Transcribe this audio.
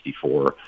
64